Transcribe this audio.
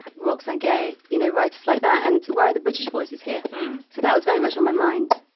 roxane gay, you know writers like that and where are the british voices here? so that was very much on my mind.